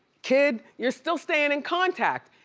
kid, you're still staying in contact.